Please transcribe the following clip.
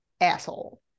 asshole